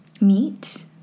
meet